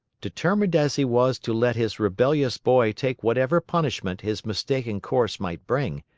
determined as he was to let his rebellious boy take whatever punishment his mistaken course might bring,